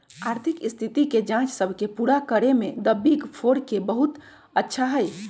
आर्थिक स्थिति के जांच सब के पूरा करे में द बिग फोर के बहुत अच्छा हई